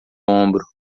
ombro